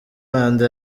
manda